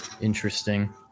interesting